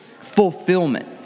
fulfillment